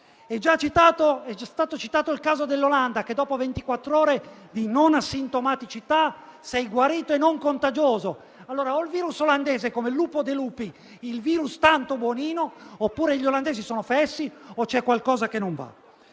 È stato citato il caso dell'Olanda, dove, dopo ventiquattro ore di non sintomaticità, sei guarito e non contagioso. Allora, o il virus olandese è come Lupo de' Lupis, il virus tanto buonino, oppure gli olandesi sono fessi oppure c'è qualcosa che non va.